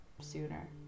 sooner